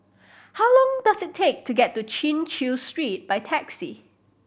how long does it take to get to Chin Chew Street by taxi